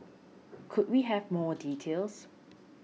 could we have more details